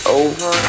over